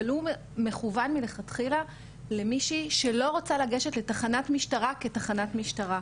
אבל הוא מכוון מלכתחילה למישהי שלא רוצה לגשת לתחנת משטרה כתחנת משטרה,